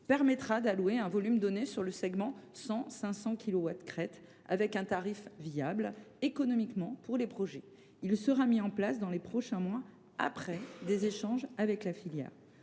permettra d’allouer un volume donné sur le segment 100 500 kilowatt crête, avec un tarif économiquement viable pour les projets. Il sera mis en place dans les prochains mois après des échanges avec la filière.